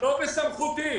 לא בסמכותי.